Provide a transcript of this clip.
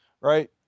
right